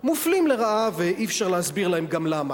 מופלים לרעה ואי-אפשר להסביר להם גם למה.